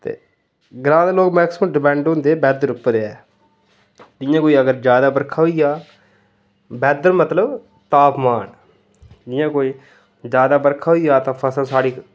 ते ग्रांऽ दे लोक मैक्सीमम डिपैंड होंदे वैदर पर गै इं'या जां अगर जादा बर्खा होई जा बैदर मतलब तापमान जि'यां कोई जादा बर्खा होई जा तां फसल साढ़ी